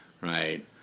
right